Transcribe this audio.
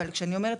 אבל כשאני אומרת,